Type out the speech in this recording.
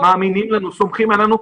מאמינים לנו, סומכים לנו.